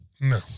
No